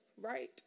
Right